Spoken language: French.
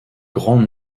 grands